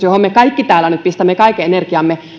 johon me kaikki täällä nyt pistämme kaiken energiamme